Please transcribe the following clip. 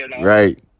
Right